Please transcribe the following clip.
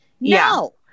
no